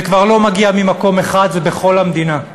זה כבר לא מגיע ממקום אחד, זה בכל המדינה.